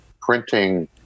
printing